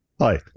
Hi